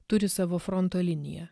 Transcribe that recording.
turi savo fronto liniją